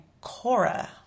Cora